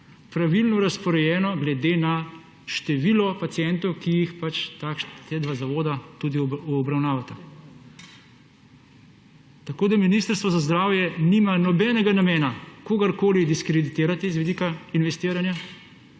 pravilno razporejeno glede na število pacientov, ki jih ta dva zavoda tudi obravnavata. Ministrstvo za zdravje nima nobenega namena kogarkoli diskreditirati z vidika investiranja,